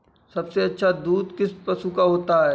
सबसे अच्छा दूध किस पशु का होता है?